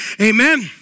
amen